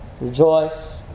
Rejoice